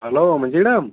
hello ᱢᱟᱺᱡᱷᱤ ᱦᱟᱲᱟᱢ